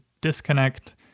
disconnect